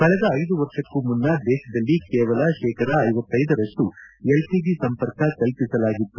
ಕಳೆದ ಐದು ವರ್ಷಕ್ಕೂ ಮುನ್ನ ದೇಶದಲ್ಲಿ ಕೇವಲ ಶೇಕಡ ರಷ್ಟು ಎಲ್ಪಿಜಿ ಸಂಪರ್ಕ ಕಲ್ಪಿಸಲಾಗಿತ್ತು